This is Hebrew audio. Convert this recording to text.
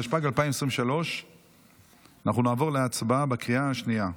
התשפ"ג 2023. אנחנו נעבור להצבעה בקריאה השנייה,